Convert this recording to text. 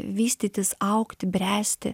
vystytis augti bręsti